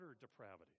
depravity